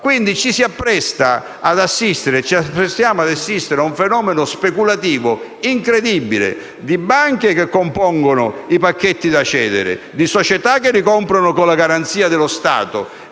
Quindi, ci apprestiamo ad assistere a un fenomeno speculativo incredibile di banche che compongono i pacchetti da cedere e di società che li comprano con la garanzia dello Stato